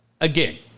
Again